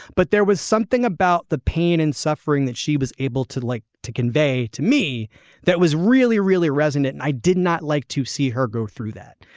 but there was something about the pain and suffering that she was able to like to convey to me that was really really resonant and i did not like to see her go through that.